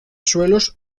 suelos